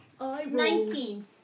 Nineteen